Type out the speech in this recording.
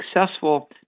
successful